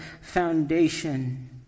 foundation